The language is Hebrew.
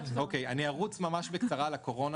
ארוץ ממש בקצרה על הקורונה,